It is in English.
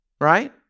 Right